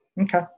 Okay